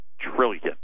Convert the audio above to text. trillion